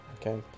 Okay